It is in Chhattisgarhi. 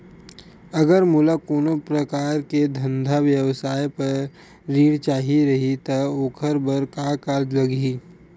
अगर मोला कोनो प्रकार के धंधा व्यवसाय पर ऋण चाही रहि त ओखर बर का का लगही?